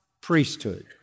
priesthood